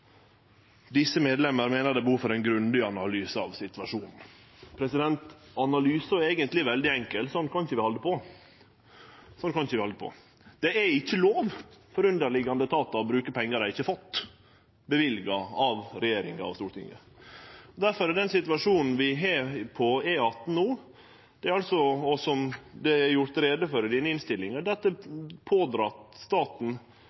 Disse medlemmer mener det er behov for en grundig analyse av situasjonen.» Analysen er eigentleg veldig enkel: Sånn kan vi ikkje halde på. Det er ikkje lov for underliggjande etatar å bruke pengar dei ikkje har fått løyvd av regjeringa og Stortinget. Difor er den situasjonen vi har når det gjeld E18 no, og som det er gjort greie for i denne innstillinga, at dette har påført staten